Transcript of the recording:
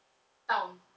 [tau]